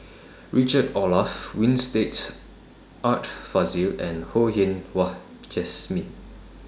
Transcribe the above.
Richard Olaf Winstedt Art Fazil and Ho Yen Wah Jesmine